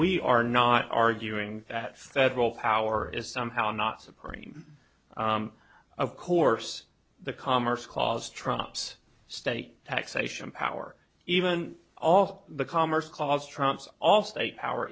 we are not arguing that that real power is somehow not supreme of course the commerce clause trumps state taxation power even all the commerce clause trumps all state power